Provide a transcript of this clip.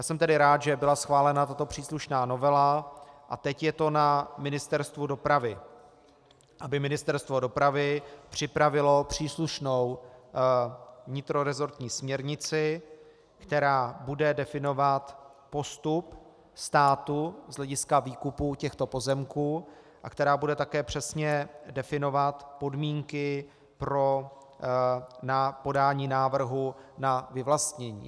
Jsem tedy rád, že byla schválena tato příslušná novela, a teď je na Ministerstvu dopravy, aby Ministerstvo dopravy připravilo příslušnou vnitrorezortní směrnici, která bude definovat postup státu z hlediska výkupu těchto pozemků a která bude také přesně definovat podmínky pro podání návrhu na vyvlastnění.